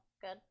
Good